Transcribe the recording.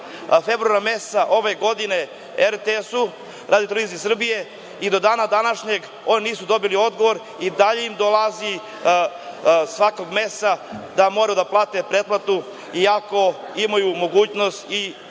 februara meseca ove godine RTS-u i do dana današnjeg nisu dobili odgovor, a i dalje im dolazi svakog meseca da moraju da plate pretplatu iako imaju mogućnost i